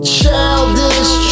childish